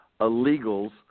Illegals